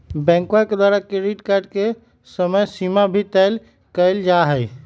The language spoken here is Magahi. बैंकवा के द्वारा क्रेडिट कार्ड के समयसीमा भी तय कइल जाहई